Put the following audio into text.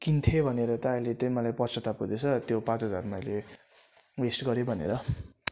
किन्थेँ भनेर चाहिँ अहिले चाहिँ मलाई पश्चाताप हुँदैछ त्यो पाँच हजार मैले वेस्ट गरेँ भनेर